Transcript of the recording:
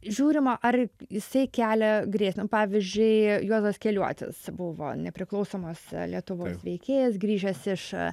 žiūrima ar jisai kelia grėsmę pavyzdžiui juozas keliuotis buvo nepriklausomos lietuvos veikėjas grįžęs iš